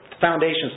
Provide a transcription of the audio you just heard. Foundations